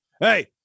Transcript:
hey